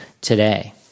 today